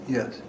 Yes